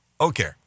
Okay